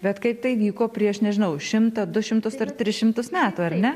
bet kaip tai vyko prieš nežinau šimtą du šimtus ar tris šimtus metų ar ne